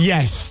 Yes